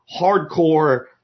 hardcore